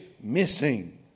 missing